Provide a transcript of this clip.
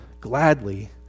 gladly